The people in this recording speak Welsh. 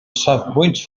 safbwynt